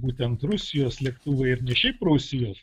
būtent rusijos lėktuvai ir ne šiaip rusijos